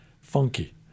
funky